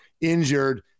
injured